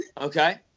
Okay